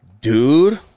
Dude